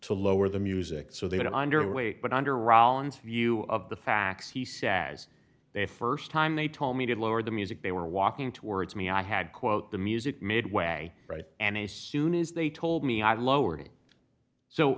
to lower the music so they get under way but under rollin's view of the facts he says they first time they told me to lower the music they were walking towards me i had quote the music midway right and as soon as they told me i lowered it so